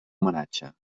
homenatge